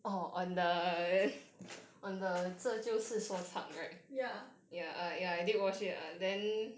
ya